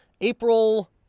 April